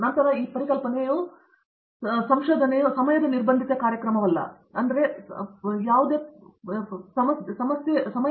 ನಂತರ ಈ ಪರಿಕಲ್ಪನೆಯು ಸಂಶೋಧನೆ ಸಮಯದ ನಿರ್ಬಂಧಿತ ಕಾರ್ಯಕ್ರಮವಲ್ಲ ಸರಿ